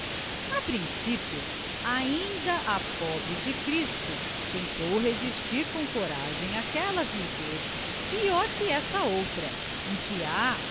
a principio ainda a pobre de cristo tentou resistir com coragem àquela viuvez pior que essa outra em que há